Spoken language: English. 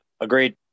Agreed